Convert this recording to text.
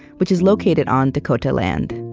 which is located on dakota land.